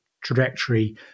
trajectory